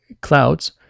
clouds